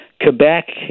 Quebec